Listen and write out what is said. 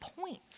points